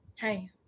Hi